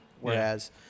whereas